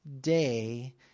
day